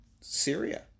Syria